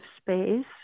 space